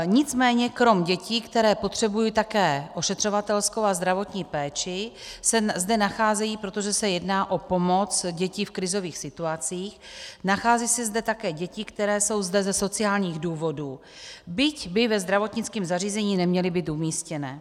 Nicméně krom dětí, které potřebují také ošetřovatelskou a zdravotní péči, se zde nacházejí, protože se jedná o pomoc, děti v krizových situacích, nacházejí se zde také děti, které jsou zde ze sociálních důvodů, byť by ve zdravotnickém zařízení neměly být umístěné.